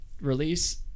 release